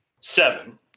seven